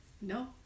No